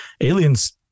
Aliens